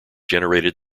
generated